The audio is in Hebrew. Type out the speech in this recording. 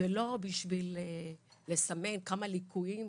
ולא בשביל לסמן כמה ליקויים.